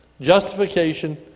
justification